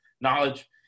knowledge